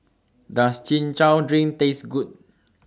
Does Chin Chow Drink Taste Good